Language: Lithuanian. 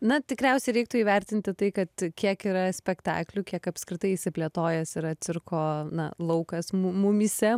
na tikriausiai reiktų įvertinti tai kad kiek yra spektaklių kiek apskritai išsiplėtojęs yra cirko na laukas mu mumyse